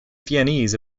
viennese